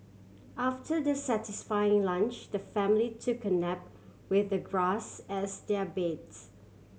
after their satisfying lunch the family took a nap with the grass as their beds